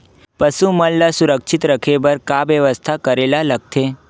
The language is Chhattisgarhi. पशु मन ल सुरक्षित रखे बर का बेवस्था करेला लगथे?